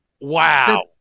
Wow